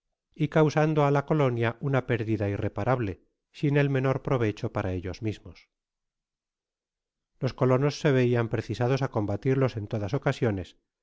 y causando á la colunia una pérdida irreparable sin el menor provecho para ellos mismos content from google book search generated at los colonosse veian precisados á combatirlos en todas ocasiones